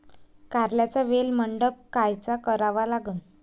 कारल्याचा वेल मंडप कायचा करावा लागन?